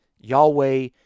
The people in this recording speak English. Yahweh